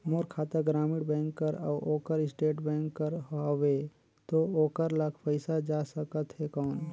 मोर खाता ग्रामीण बैंक कर अउ ओकर स्टेट बैंक कर हावेय तो ओकर ला पइसा जा सकत हे कौन?